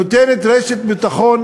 נותנת רשת ביטחון.